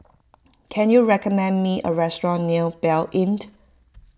can you recommend me a restaurant near Blanc Inn